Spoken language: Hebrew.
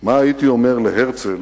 מה הייתי אומר להרצל